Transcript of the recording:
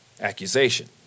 accusation